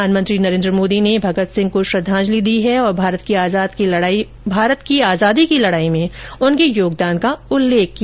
प्रधानमंत्री नरेन्द्र मोदी ने भगत सिंह को श्रद्वांजलि दी और भारत की आजादी की लड़ाई में उनके योगदान का उल्लेख किया